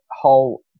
whole –